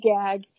gag